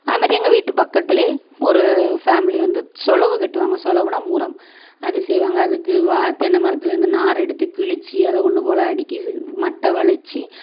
அதுமாதிரி எங்ள் வீட்டு பக்கத்தில் ஒரு ஃபேமிலி வந்து சொளவு கட்டுவாங்க சொளவுன்னா முறம் அது செய்வாங்க அதுக்கு வா தென்னை மரத்திலேந்து நார் எடுத்து கிழிச்சி அதை ஒன்று போல் அடுக்கி மட்டை வளைச்சு